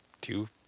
two